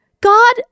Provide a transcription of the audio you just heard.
God